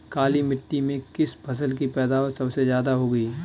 काली मिट्टी में किस फसल की पैदावार सबसे ज्यादा होगी?